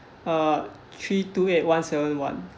uh three two eight one seven one